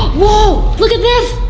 whoa! look at this.